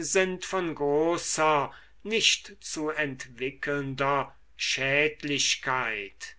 sind von großer nicht zu entwickelnder schädlichkeit